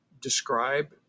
describe